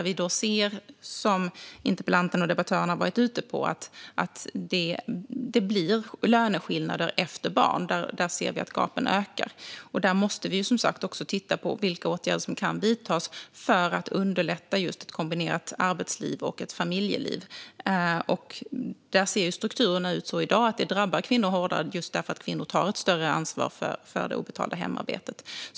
Interpellanten och debattörerna har varit inne på att det uppkommer löneskillnader efter barn. Där ser vi att gapen ökar, och vi måste som sagt också titta på vilka åtgärder som kan vidtas för att underlätta ett kombinerat arbets och familjeliv. Där ser strukturerna ut så i dag att det drabbar kvinnor hårdare, just därför att kvinnor tar ett större ansvar för det obetalda hemarbetet.